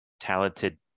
talented